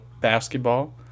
basketball